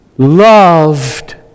loved